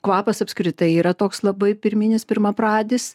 kvapas apskritai yra toks labai pirminis pirmapradis